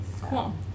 Cool